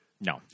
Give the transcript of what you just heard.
No